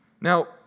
Now